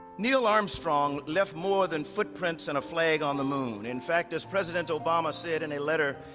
neil armstrong left more than footprints and a flag on the moon. in fact, as president obama said in a letter,